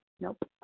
Nope